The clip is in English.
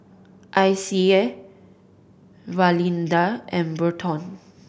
Icey Valinda and Burton